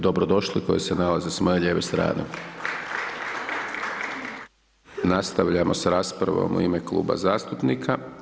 Dobrodošli koji se nalaze s moje lijeve strane… Nastavljamo s raspravom u ime kluba zastupnika.